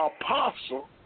apostle